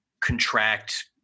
contract